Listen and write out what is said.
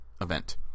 event